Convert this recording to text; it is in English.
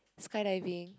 it's kind at being